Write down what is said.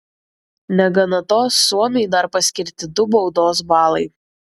negana to suomiui dar paskirti du baudos balai